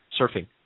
surfing